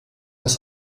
ist